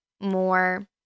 more